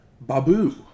Babu